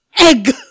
egg